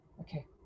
okay